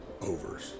overs